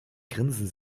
grinsen